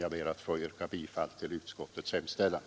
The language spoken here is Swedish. Jag ber att få yrka bifall till utskottets hemställan.